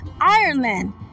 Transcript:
Ireland